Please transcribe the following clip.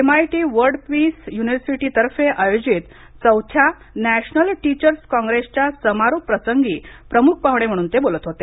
MIT world peace university तर्फे आयोजित चौथ्या नॅशनल टीचर्स काँग्रेस च्या समारोप प्रसंगी प्रमुख पाहुणे म्हणून ते बोलत होते